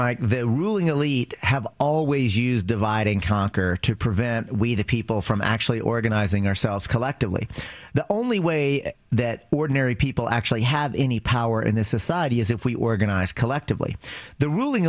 the ruling elite have always used divide and conquer to prevent we the people from actually organizing ourselves collectively the only way that ordinary people actually have any power in this society is if we organize collectively the ruling